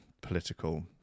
political